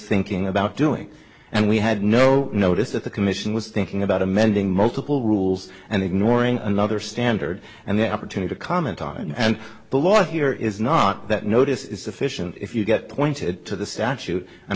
thinking about doing and we had no notice that the commission was thinking about amending multiple rules and ignoring another standard and the opportunity to comment on it and the law here is not that notice is sufficient if you get pointed to the statute and